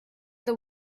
the